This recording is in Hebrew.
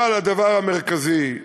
אבל הדבר המרכזי,